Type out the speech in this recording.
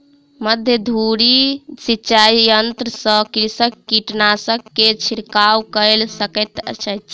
मध्य धूरी सिचाई यंत्र सॅ कृषक कीटनाशक के छिड़काव कय सकैत अछि